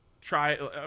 try